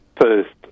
first